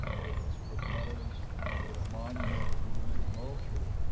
it was proposed that a monument to william moultrie